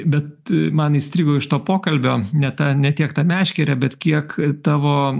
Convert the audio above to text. bet man įstrigo iš to pokalbio ne ta ne tiek ta meškerė bet kiek tavo